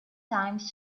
time